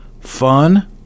fun